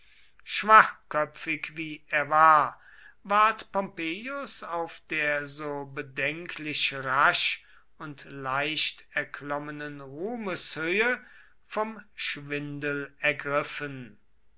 schwachköpfig wie er war ward pompeius auf der so bedenklich rasch und leicht erklommenen ruhmeshöhe vom schwindel ergriffen